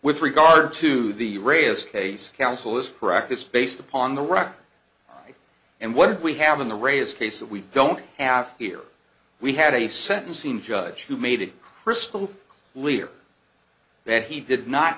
with regard to the radios case counsel this practice based upon the rock and what we have in the race case that we don't have here we had a sentencing judge who made it crystal clear that he did not